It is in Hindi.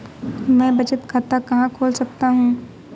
मैं बचत खाता कहाँ खोल सकता हूँ?